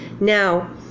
now